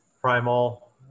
Primal